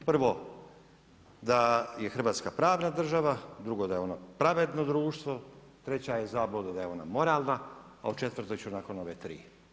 Prvo, da je Hrvatska pravna država, drugo da je ona pravedno društvo, treća je zabluda da je ona moralna, a o četvrtoj ću nakon ove tri.